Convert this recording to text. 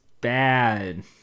bad